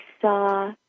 saw